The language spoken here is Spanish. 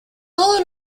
todos